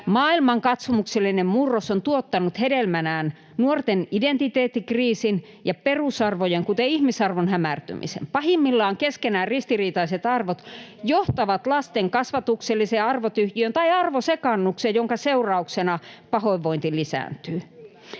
Maailmankatsomuksellinen murros on tuottanut hedelmänään nuorten identiteettikriisin ja perusarvojen, kuten ihmisarvon, hämärtymisen. Pahimmillaan keskenään ristiriitaiset arvot johtavat lasten kasvatukselliseen arvotyhjiöön tai arvosekaannukseen, jonka seurauksena pahoinvointi lisääntyy.